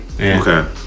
Okay